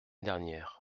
dernière